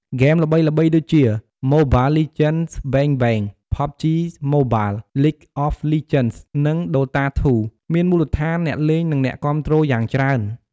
ហ្គេមល្បីៗដូចជា Mobile Legends: Bang Bang , PUBG Mobile, League of Legends, និង Dota 2 មានមូលដ្ឋានអ្នកលេង និងអ្នកគាំទ្រយ៉ាងច្រើន។